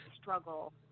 struggle